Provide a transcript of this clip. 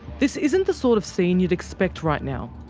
this isn't the sort of scene you'd expect right now.